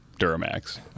Duramax